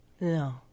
No